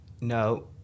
no